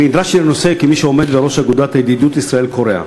אני נדרשתי לנושא כמי שעומד בראש אגודת הידידות ישראל-קוריאה.